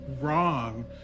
wrong